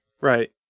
Right